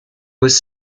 was